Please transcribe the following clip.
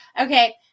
Okay